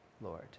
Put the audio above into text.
Lord